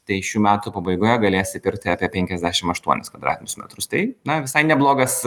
tai šių metų pabaigoje galės įpirkti apie penkiasdešim aštuonis kvadratinius metrus tai na visai neblogas